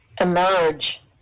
emerge